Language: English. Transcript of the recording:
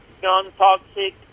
non-toxic